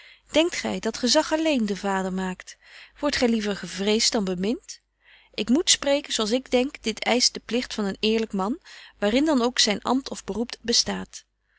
denkt gy dat gezag alleen den vader maakt wordt gy liever gevreest dan bemint ik moet spreken zo als ik denk dit eischt de pligt van een eerlyk man waarïn dan ook zyn amt of beroep bestaat